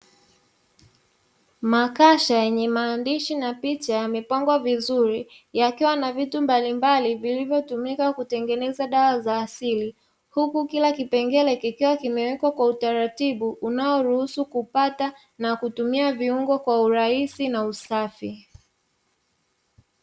Makasha yenye maandishi na picha yamepangwa vizuri, yakiwa na vitu mbalimbali vilivyotumika kutengeneza dawa za asili. Huku kila kipengele kikiwa kimewekwa kwa utaratibu unaoruhusu kupata na kutumia viungo kwa urahisi na usafi.